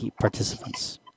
participants